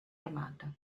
armata